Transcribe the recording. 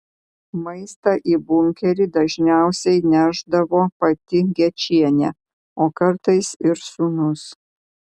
maistą į bunkerį dažniausiai nešdavo pati gečienė o kartais ir sūnus